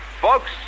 Folks